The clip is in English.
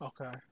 Okay